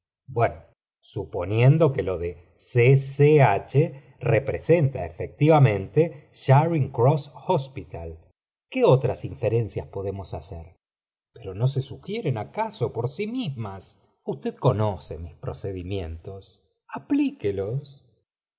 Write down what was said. bueno suponiendo que lo de c c h renmr fect r anledte cbarin s cross hospital quo otras inferencias podemos hacer tó tí i í f i no se sugieren acaso por sí mismas usted mm oe mis procedimientos aplíquelos